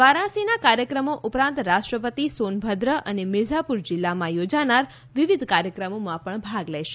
વારાણસીના કાર્યક્રમો ઉપરાંત રાષ્ટ્રપતિ સોનભદ્ર અને મિર્ઝાપુર જીલ્લામાં યોજાનાર વિવિધ કાર્યક્રમોમાં પણ ભાગ લેશે